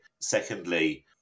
Secondly